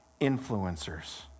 influencers